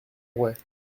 rouet